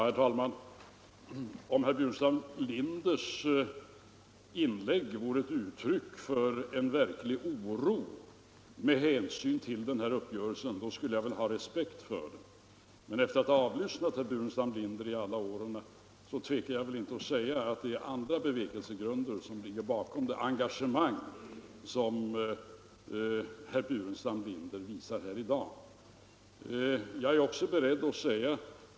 Herr talman! Om herr Burenstam Linders inlägg vore ett uttryck för verklig oro med hänsyn till den här uppgörelsen då skulle jag ha respekt för den. Men efter att ha lyssnat till herr Burenstam Linder under många år tvekar jag inte att säga att andra bevekelsegrunder ligger bakom det engagemang som han visar här i dag.